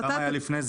כמה היה לפני זה?